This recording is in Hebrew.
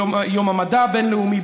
יום המדע הבין-לאומי,